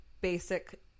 basic